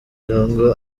lungu